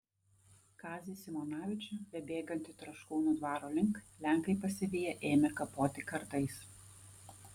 kazį simonavičių bebėgantį troškūnų dvaro link lenkai pasiviję ėmė kapoti kardais